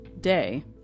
day